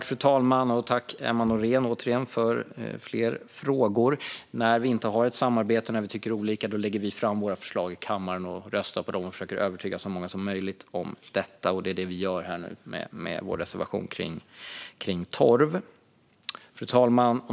Fru talman! Jag tackar åter Emma Nohrén för frågorna. När vi tycker olika och inte har något samarbete lägger vi i Sverigedemokraterna fram våra förslag i kammaren, röstar på dem och försöker övertyga så många andra som möjligt om att även de bör rösta på dem. Det är också så vi gör med vår reservation om torv. Fru talman!